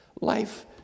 Life